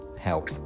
help